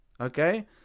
okay